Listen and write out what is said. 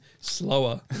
Slower